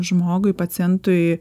žmogui pacientui